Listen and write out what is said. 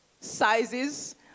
sizes